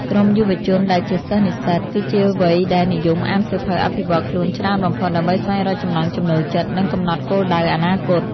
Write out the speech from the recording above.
ក្រុមយុវជនដែលជាសិស្សនិស្សិត គឺជាវ័យដែលនិយមអានសៀវភៅអភិវឌ្ឍខ្លួនច្រើនបំផុត ដើម្បីស្វែងរកចំណង់ចំណូលចិត្ត និងកំណត់គោលដៅអនាគត។